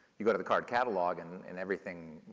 you go to the card catalog, and and everything,